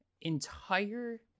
entire